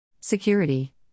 Security